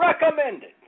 recommended